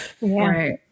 Right